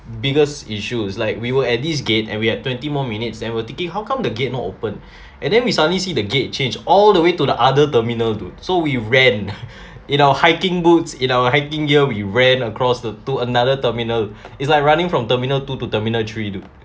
biggest issues like we were at this gate and we have twenty more minutes and we're thinking how come the gate not open and then we suddenly see the gate change all the way to the other terminal dude so we ran in our hiking boots in our hiking gear we ran across the to another terminal it's like running from terminal two to terminal three do